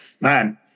man